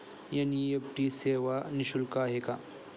NEFT सेवा निःशुल्क आहे का?